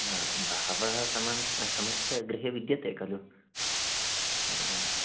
बहवः समंस्या समस्याः गृहे विद्यते खलु अ